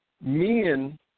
Men